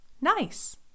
Nice